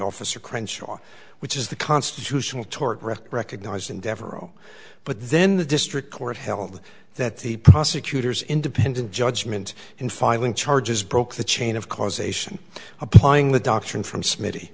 officer crenshaw which is the constitutional tort record recognized in devereaux but then the district court held that the prosecutor's independent judgment in filing charges broke the chain of causation applying the doctrine from smitty